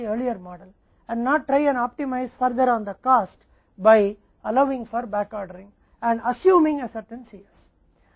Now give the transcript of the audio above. और फिर पहले वाले मॉडल का उपयोग करें और कोशिश न करें और लागत पर आगे का अनुकूलन करें बैकऑर्डरिंग और एक निश्चित Cs मानकर